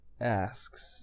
asks